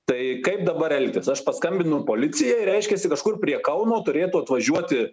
tai kaip dabar elgtis aš paskambinu policijai reiškiasi kažkur prie kauno turėtų atvažiuoti